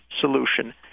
solution